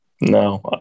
No